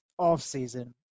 offseason